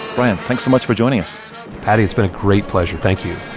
brian, thanks so much for joining us paddy, it's been a great pleasure. thank you